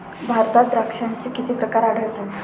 भारतात द्राक्षांचे किती प्रकार आढळतात?